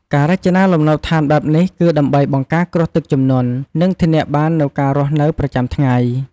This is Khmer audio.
ការរចនាលំនៅឋានបែបនេះគឺដើម្បីបង្ការគ្រោះទឹកជំនន់ និងធានាបាននូវការរស់នៅប្រចាំថ្ងៃ។